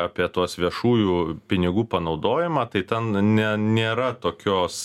apie tuos viešųjų pinigų panaudojimą tai ten ne nėra tokios